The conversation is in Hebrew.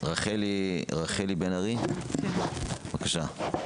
רחלי בן ארי, בבקשה.